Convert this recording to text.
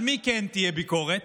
על מי כן תהיה ביקורת?